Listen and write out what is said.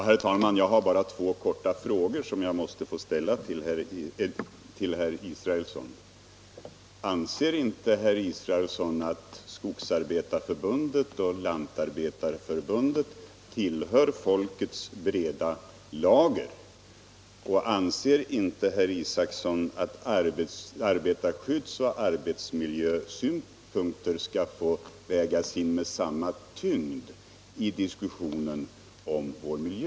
Herr talman! Jag har bara två korta frågor som jag måste få ställa till herr Israelsson. Anser inte herr Israelsson att skogsarbetarna och lantarbetarna tillhör folkets breda lager? Anser inte herr Israelsson att arbetarskyddsoch arbetsmiljösynpunkter skall få vägas in med samma tyngd som andra frågor i diskussionen om vår miljö?